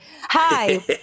Hi